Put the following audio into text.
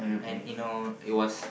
and you know it was